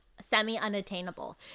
semi-unattainable